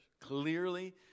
clearly